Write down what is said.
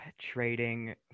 trading